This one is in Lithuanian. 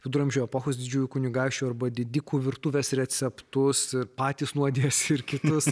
viduramžių epochos didžiųjų kunigaikščių arba didikų virtuvės receptus ir patys nuodijasi ir kitus